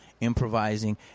improvising